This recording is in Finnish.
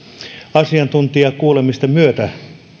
asiantuntijakuulemisten myötä